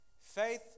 Faith